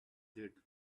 jet